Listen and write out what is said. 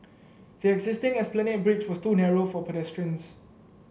the existing Esplanade Bridge was too narrow for pedestrians